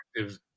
active